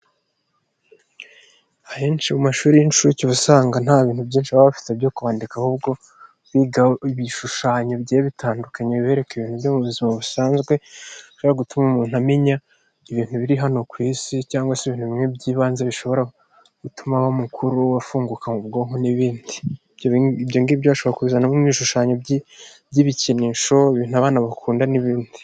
Ahenshi mu mashuri y'inshuke usanga nta bintu byinshi baba bafite byo kbanwandika, ahubwo biga ibishushanyo bigiye bitandukanye bibereka ibintu mu buzima busanzwe, bishobora gutuma umuntu amenya ibintu biri hano ku isi, cyangwa se ibintu by'ibanze bishobora gutuma umuntu, afunguka ubwonko n'ibindi byashobora kuzanamo ibishushanyo by'ibikinisho, ibintu abana bakunda n'ibindi.